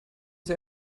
sie